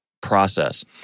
process